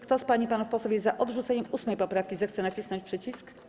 Kto z pań i panów posłów jest za odrzuceniem 8. poprawki, zechce nacisnąć przycisk.